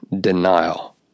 denial